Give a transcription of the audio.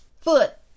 foot